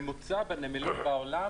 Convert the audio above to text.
הממוצע בעולם בנמלים בסדרי גודל כמו שלנו?